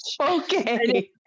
okay